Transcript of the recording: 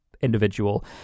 individual